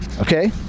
Okay